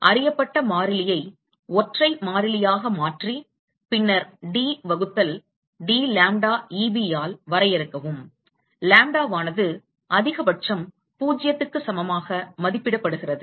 அறியப்பட்ட மாறிலியை ஒற்றை மாறிலியாக மாற்றி பின்னர் d வகுத்தல் dlambda Eb ஆல் வரையறுக்கவும் lambda ஆனது அதிகபட்சம் 0 க்கு சமமாக மதிப்பிடப்படுகிறது